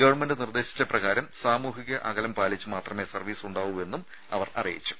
government നിർദ്ദേശിച്ച പ്രകാരം സാമൂഹിക അകലം പാലിച്ച് മാത്രമേ സർവീസ് നടത്തൂ എന്നും അവർ അറിയിച്ചു